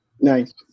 Nice